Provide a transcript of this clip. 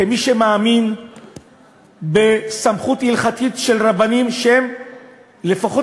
כמי שמאמינים בסמכות ההלכתית של רבנים שהם לפחות